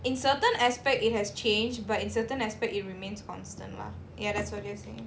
in certain aspect it has changed but in certain aspect it remains constant lah ya that's what you're saying